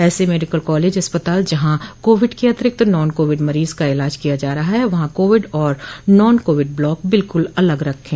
ऐसे medical college अस्पताल जहाँ कोविड के अतिरिक्त नॉन कोविड मरीज का इलाज किया जा रहा है वहाँ कोविड और नॉन कोविड ब्लाक बिल्कुल अलग रहें